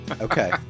Okay